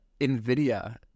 NVIDIA